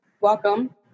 welcome